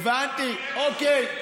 הבנתי, אוקיי.